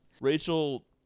Rachel